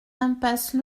impasse